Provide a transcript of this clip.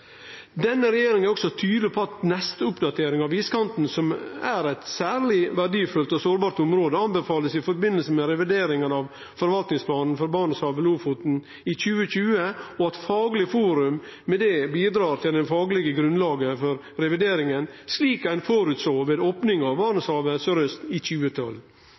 Denne regjeringa er også tydeleg på at neste oppdatering av iskanten, som er eit særleg verdifullt og sårbart område, vert tilrådd i forbindelse med revideringa av forvaltingsplanen for Barentshavet–Lofoten i 2020, og at Faglig forum med det bidreg til det faglege grunnlaget for revideringa, slik ein såg føre seg ved opninga av Barentshavet søraust i